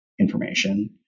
information